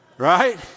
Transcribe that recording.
Right